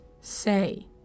say